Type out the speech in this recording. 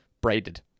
braided